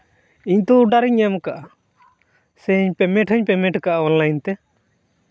ᱤᱧ ᱛᱚ ᱚᱰᱟᱨ ᱤᱧ ᱮᱢ ᱠᱟᱫᱼᱟ ᱥᱮ ᱯᱮᱢᱮᱱᱴ ᱦᱚᱸᱧ ᱯᱮᱢᱮᱱᱴ ᱟᱠᱟᱫᱼᱟ ᱚᱱᱞᱟᱭᱤᱱ ᱛᱮ